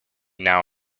now